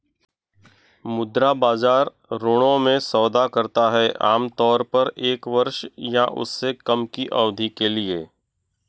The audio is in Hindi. मुद्रा बाजार ऋणों में सौदा करता है आमतौर पर एक वर्ष या उससे कम की अवधि के लिए